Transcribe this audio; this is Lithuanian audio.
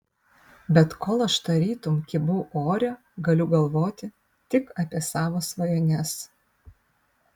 bet kol aš tarytum kybau ore galiu galvoti tik apie savo svajones